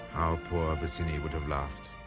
how poor bosinney would have laughed.